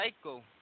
psycho